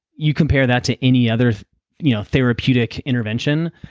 you compare that to any other you know therapeutic intervention,